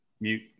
Mute